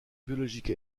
biologique